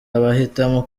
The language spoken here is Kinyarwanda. abahitamo